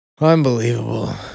Unbelievable